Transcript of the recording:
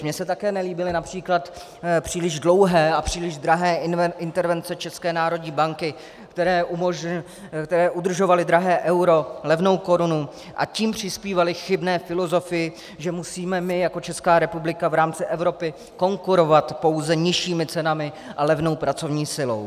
Mně se také nelíbily například příliš dlouhé a příliš drahé intervence České národní banky, které udržovaly drahé euro, levnou korunu, a tím přispívaly k chybné filozofii, že musíme my jako Česká republika v rámci Evropy konkurovat pouze nižšími cenami a levnou pracovní silou.